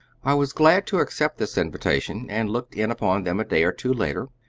i was glad to accept this invitation, and looked in upon them a day or two later.